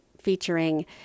featuring